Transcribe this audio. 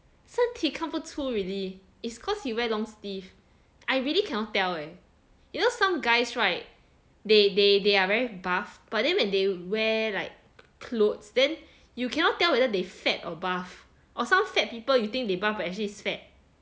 身体看不出 really it's cause he wear long sleeve I really cannot tell leh you know some guys right they they they are very buff but then when they wear like clothes then you cannot tell whether they fat or buff or some fat people you think they buff actually is fat